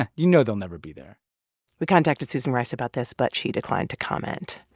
and you know they'll never be there we contacted susan rice about this, but she declined to comment.